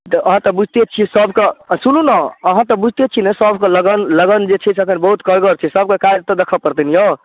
तऽ अहाँ तऽ बुझिते छियै सभकऽ आ सुनू ने अहाँ तऽ बुझिते छी ने सभकऽ लगन लगन जे छै से एखन बहुत करगर छै सभकऽ काज तऽ देखऽ पड़तै ने यौ